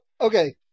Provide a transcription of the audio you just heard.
okay